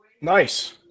Nice